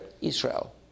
Israel